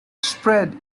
sprayed